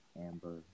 amber